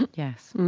yes.